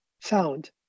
sound